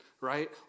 right